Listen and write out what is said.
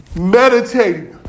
meditating